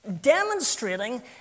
demonstrating